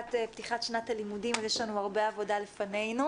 לקראת פתיחת שנת הלימודים אז יש לנו הרבה עבודה לפנינו.